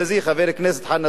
חבר כנסת חנא סוייד,